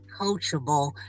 coachable